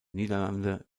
niederlande